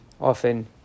often